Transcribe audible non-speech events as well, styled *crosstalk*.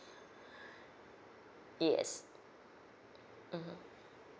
*breath* yes mmhmm